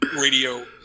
radio